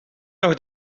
nog